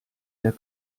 der